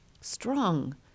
strong